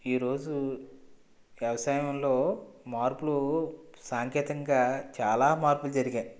ఈరోజు వ్యవసాయంలో మార్పులు సాంకేతికతంగా చాలా మార్పులు జరిగాయి